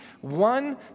One